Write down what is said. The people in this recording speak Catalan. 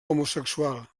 homosexual